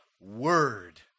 word